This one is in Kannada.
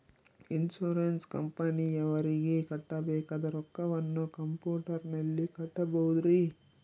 ಇನ್ಸೂರೆನ್ಸ್ ಕಂಪನಿಯವರಿಗೆ ಕಟ್ಟಬೇಕಾದ ರೊಕ್ಕವನ್ನು ಕಂಪ್ಯೂಟರನಲ್ಲಿ ಕಟ್ಟಬಹುದ್ರಿ?